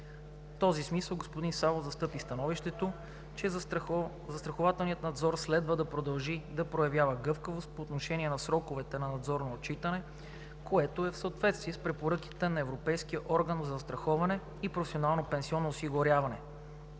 този смисъл господин Савов застъпи становището, че застрахователният надзор следва да продължи да проявява гъвкавост по отношение на сроковете на надзорно отчитане, което е в съответствие с препоръките на Европейския орган за застраховане и професионално пенсионно осигуряване.